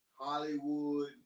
Hollywood